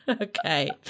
Okay